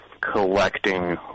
collecting